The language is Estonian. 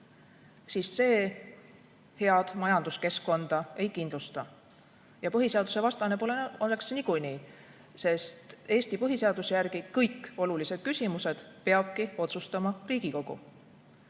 siis see head majanduskeskkonda ei kindlusta. Põhiseadusvastane oleks see niikuinii, sest Eesti põhiseaduse järgi kõik olulised küsimused peab otsustama Riigikogu.